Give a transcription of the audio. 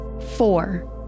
Four